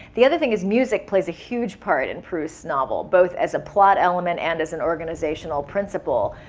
the other thing is music plays a huge part in proust's novel, both as a plot element and as an organizational principle.